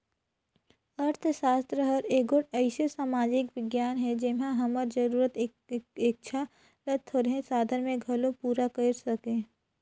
अर्थसास्त्र हर एगोट अइसे समाजिक बिग्यान हे जेम्हां हमर जरूरत, इक्छा ल थोरहें साधन में घलो पूरा कइर सके